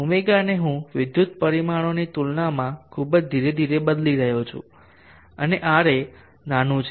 ω ને હું વિદ્યુત પરિમાણોની તુલનામાં ખૂબ જ ધીરે ધીરે બદલી રહ્યો છું અને Ra નાનું છે